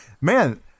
man